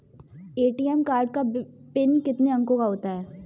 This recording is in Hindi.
ए.टी.एम कार्ड का पिन कितने अंकों का होता है?